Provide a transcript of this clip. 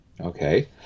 Okay